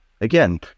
again